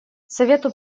совету